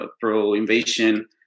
pro-invasion